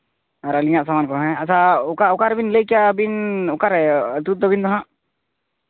ᱟᱨ ᱟᱹᱞᱤᱧᱟᱜ ᱥᱟᱢᱟᱱ ᱠᱚ ᱟᱪᱪᱷᱟ ᱚᱠᱟ ᱚᱠᱟ ᱨᱮᱵᱤᱱ ᱞᱟᱹᱭ ᱠᱮᱫᱼᱟ ᱟᱹᱵᱤᱱ ᱚᱠᱟᱨᱮ ᱟᱛᱳ ᱛᱟᱹᱵᱤᱱ ᱫᱚ ᱦᱟᱸᱜ